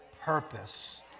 purpose